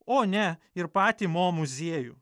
o ne ir patį mo muziejų